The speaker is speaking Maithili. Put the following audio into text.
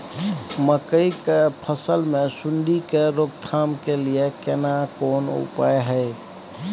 मकई की फसल मे सुंडी के रोक थाम के लिये केना कोन उपाय हय?